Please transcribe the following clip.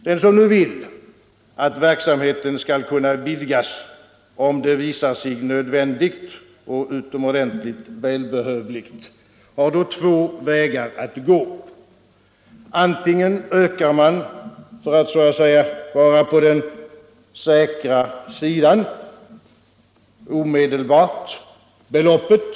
Den som nu vill att verksamheten skall kunna vidgas, om det visar sig nödvändigt och utomordentligt välbehövligt, har två vägar att gå. Antingen ökar man, för att vara på den säkra sidan, omedelbart beloppet.